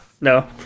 No